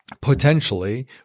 potentially